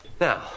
Now